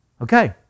Okay